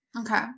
Okay